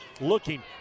looking